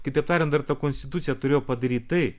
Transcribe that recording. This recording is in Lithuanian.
kitaip tariant dar ta konstitucija turėjo padaryt tai